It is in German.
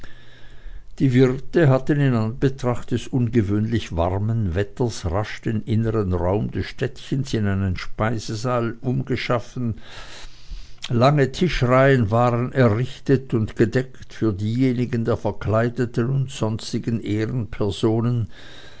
die wirte hatten in betracht des ungewöhnlich warmen wetters rasch den innern raum des städtchens in einen speisesaal umgeschaffen lange tischreihen waren errichtet und gedeckt für diejenigen der verkleideten und sonstigen ehrenpersonen